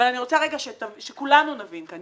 אבל אני רוצה שכולנו נבין כאן,